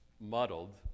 muddled